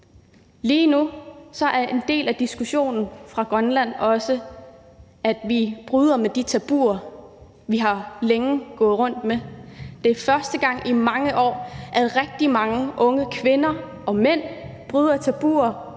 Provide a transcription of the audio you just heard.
Lige nu er en del af diskussionen fra Grønlands side også, at vi bryder med de tabuer, vi længe har gået rundt med. Det er første gang i mange år, at rigtig mange unge kvinder og mænd bryder tabuer